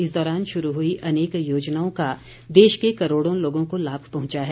इस दौरान शुरू हुई अनेक योजनाओं का देश के करोड़ों लोगों को लाभ पहुंचा है